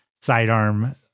sidearm